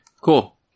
cool